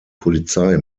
polizei